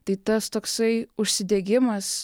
tai tas toksai užsidegimas